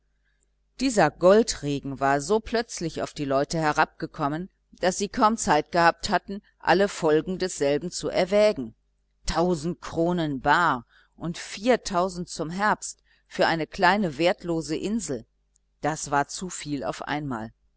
dieser goldregen war so plötzlich auf die leute herabgekommen daß sie kaum zeit gehabt hatten alle folgen desselben zu erwägen tausend kronen bar und viertausend zum herbst für eine kleine wertlose insel das war zu viel auf einmal